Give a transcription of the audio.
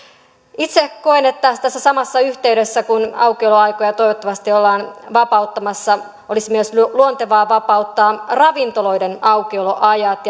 itse koen että tässä tässä samassa yhteydessä kun aukioloaikoja toivottavasti ollaan vapauttamassa olisi myös luontevaa vapauttaa ravintoloiden aukioloajat